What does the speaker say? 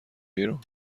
بیرون